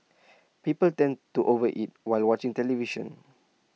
people tend to over eat while watching television